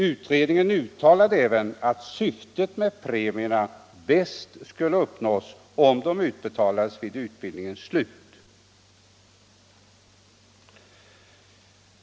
Utredningen uttalade även att syftet med premierna bäst skulle uppnås om de utbetalades vid utbildningens slut.